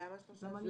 למה שלושה שבועות?